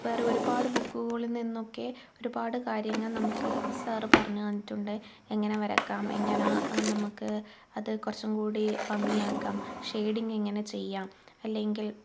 വേറെ ഒരുപാട് ബുക്കുകളിൽ നിന്നൊക്കെ ഒരുപാട് കാര്യങ്ങൾ നമുക്ക് സാർ പറഞ്ഞു തന്നിട്ടുണ്ട് എങ്ങനെ വരയ്ക്കാം എങ്ങനെ അത് നമുക്ക് അത് കുറച്ചും കൂടി ഭംഗിയാക്കാം ഷെയ്ഡിങ്ങ് എങ്ങനെ ചെയ്യാം അല്ലെങ്കിൽ